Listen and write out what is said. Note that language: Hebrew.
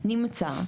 נמצא,